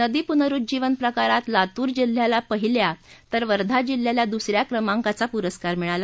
नदी पुनरुज्जीवन प्रकारात लातूर जिल्ह्याला पहिल्या तर वर्धा जिल्ह्याला दुस य क्रमांकाचा पुरस्कार मिळाला